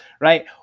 Right